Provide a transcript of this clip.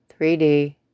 3D